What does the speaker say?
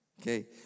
Okay